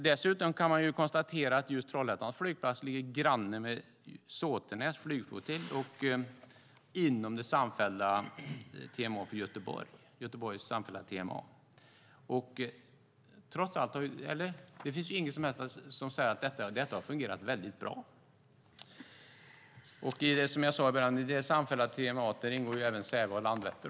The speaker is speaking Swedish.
Dessutom kan man konstatera att just Trollhättan-Vänersborgs flygplats ligger granne med Såtenäs flygflottilj och inom Göteborgs samfällda TMA. Detta har fungerat väldigt bra. Som jag sade ingår i det samfällda TMA även Säve och Landvetter.